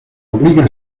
obliga